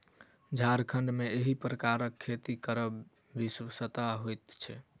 झारखण्ड मे एहि प्रकारक खेती करब विवशता होइत छै